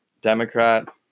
Democrat